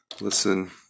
Listen